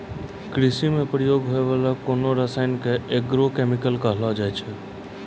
कृषि म प्रयुक्त होय वाला कोनो रसायन क एग्रो केमिकल कहलो जाय छै